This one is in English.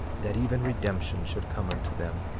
that even redemption should come unto them.